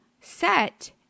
set